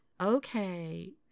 okay